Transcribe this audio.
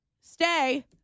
stay